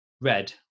red